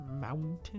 Mountain